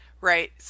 Right